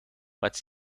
what’s